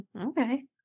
Okay